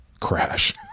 crash